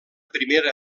primera